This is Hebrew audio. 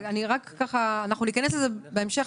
ניכנס לזה בהמשך,